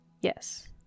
Yes